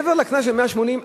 מעבר לקנס של 180,